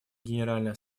генеральной